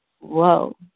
whoa